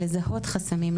לזהות חסמים,